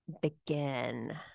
begin